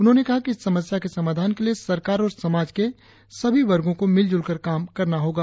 उन्होंने कहा कि इस समस्या के समाधान के लिए सरकार और समाज के सभी वर्गों को मिलजुल कर काम करना होगा